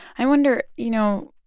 i wonder you know,